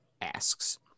asks